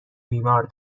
بیمار